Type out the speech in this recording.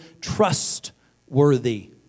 trustworthy